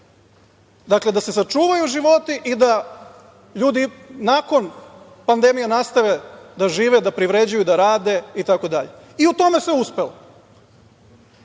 dakle, da se sačuvaju životi i da ljudi nakon pandemije nastave da žive, da privređuju, da rade itd. I u tome se uspelo. Postoje